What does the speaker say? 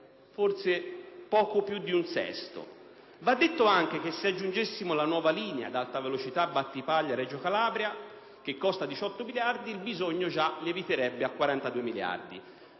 euro, poco più di un sesto; va detto anche che se aggiungessimo la nuova linea ad Alta velocità Battipaglia-Reggio Calabria, che costa 18 miliardi di euro, tale cifra già lieviterebbe a 42 miliardi.